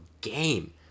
game